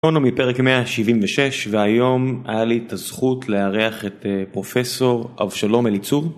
מפרק 176 והיום היה לי את הזכות לארח את פרופסור אבשלום אליצור